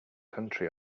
country